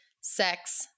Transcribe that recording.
sex